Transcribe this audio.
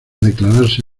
declararse